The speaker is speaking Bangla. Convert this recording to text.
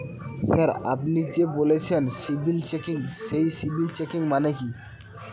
স্যার আপনি যে বললেন সিবিল চেকিং সেই সিবিল চেকিং মানে কি?